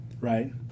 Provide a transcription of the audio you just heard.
Right